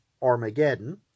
Armageddon